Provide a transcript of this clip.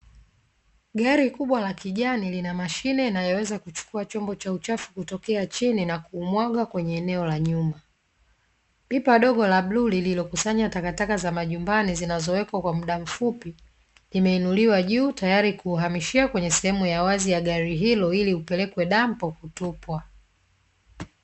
Gari kubwa la kijani lina mashine inayoweza kuchukua chombo cha uchafu kutokea chini na kumwaga kwenye eneo la nyuma, pipa dogo la bluu lililokusanya takataka za majumbani zinazowekwa kwa muda mfupi, imeinuliwa juu tayari kuhamishia kwenye sehemu ya wazi ya gari hilo, ili upelekwe dampo kutupwa.